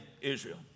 Israel